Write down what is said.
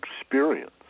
experience